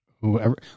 whoever